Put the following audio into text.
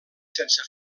sense